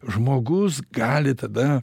žmogus gali tada